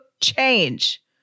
change